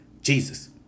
Jesus